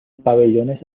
pabellones